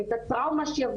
את הטראומה שהיא,